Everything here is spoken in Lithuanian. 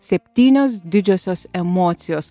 septynios didžiosios emocijos